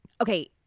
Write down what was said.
okay